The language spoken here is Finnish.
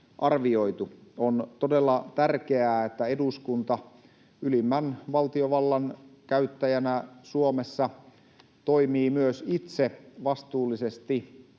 On todella tärkeää, että eduskunta ylimmän valtiovallan käyttäjänä Suomessa toimii myös itse vastuullisesti